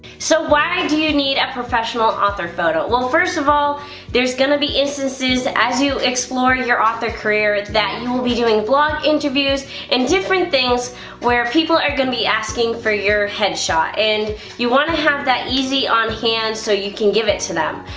so why do you need a professional author photo? well first of all there's gonna be instances as you explore your author career that you will be doing blog interviews and different things where people are gonna be asking for your headshot and you want to have that easy on hand so you can give it to them.